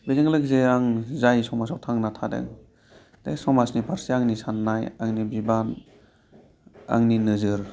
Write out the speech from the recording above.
बेजों लोगोसे आं जाय समाजाव थांना थादों बे समाजनि फारसे आंनि साननाय आंनि बिबान आंनि नोजोर